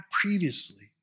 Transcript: previously